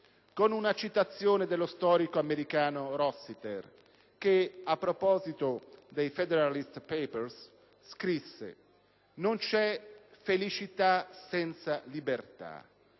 con una citazione dello storico americano Clinton Rossiter, che, a proposito dei *Federalist Papers*, scrisse: «Non c'è felicità senza libertà,